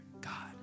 God